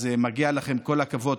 אז מגיע לכם כל הכבוד.